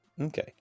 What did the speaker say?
Okay